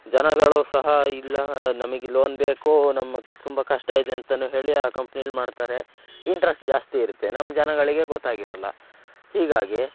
ಜನಗಳು ಸಹ ಇಲ್ಲ ನಮಗೆ ಲೋನ್ ಬೇಕು ನಮಗೆ ತುಂಬ ಕಷ್ಟ ಇದೆ ಅಂತನೂ ಹೇಳಿ ಆ ಕಂಪ್ನೀಲ್ಲಿ ಮಾಡ್ತಾರೆ ಇಂಟ್ರಟ್ ಜಾಸ್ತಿ ಇರುತ್ತೆ ನಮ್ಮ ಜನಗಳಿಗೆ ಗೊತ್ತಾಗಿರೋಲ್ಲ ಹೀಗಾಗಿ